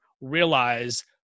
realize